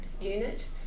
unit